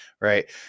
right